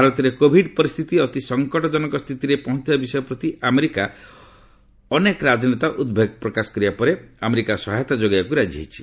ଭାରତରେ କୋଭିଡ୍ ପରିସ୍ଥିତି ଅତି ସଙ୍କଟଗଜନକ ସ୍ଥିତିରେ ପହଞ୍ଚଥିବା ବିଷୟ ପ୍ରତି ଆମେରିକାର ଅନେକ ରାଜନେତା ଉଦ୍ବେଗ ପ୍ରକାଶ କରିବା ପରେ ଆମେରିକା ସହାୟତା ଯୋଗାଇବାକ୍ ରାଜି ହୋଇଛି